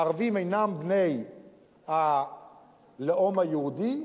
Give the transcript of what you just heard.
הערבים אינם בני הלאום היהודי,